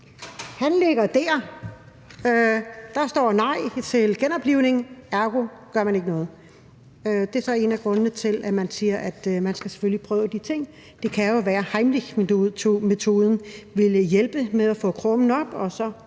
han ligger der, og der står nej til genoplivning. Ergo gør man ikke noget. Det er så en af grundene til, at man siger, at man selvfølgelig skal prøve de ting. Det kan jo være, at Heimlichmetoden ville hjælpe med at få krummen op, og så